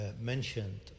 mentioned